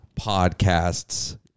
podcasts